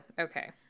okay